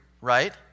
Right